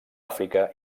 àfrica